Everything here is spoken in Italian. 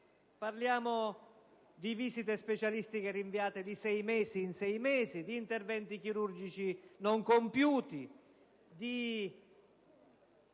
quadri; di visite specialistiche rinviate di sei mesi in sei mesi; di interventi chirurgici non compiuti; di